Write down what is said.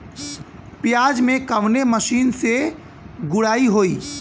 प्याज में कवने मशीन से गुड़ाई होई?